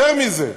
יותר מזה,